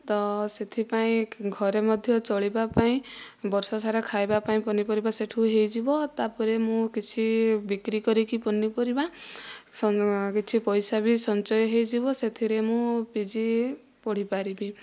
ତ ସେଥିପାଇଁ ଘରେ ମଧ୍ୟ ଚଳିବା ପାଇଁ ବର୍ଷ ସାରା ଖାଇବା ପାଇଁ ପନିପରିବା ସେଠୁ ହୋଇଯିବ ତା'ପରେ ମୁଁ କିଛି ବିକ୍ରି କରିକି ପନିପରିବା କିଛି ପଇସା ବି ସଞ୍ଚୟ ବି ହୋଇଯିବ ସେଥିରେ ମୁଁ ପିଜି ପଢ଼ିପାରିବି